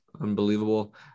Unbelievable